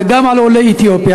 זה גם על עולי אתיופיה,